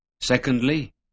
Secondly